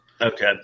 okay